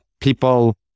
people